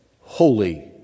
holy